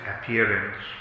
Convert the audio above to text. appearance